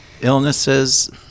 illnesses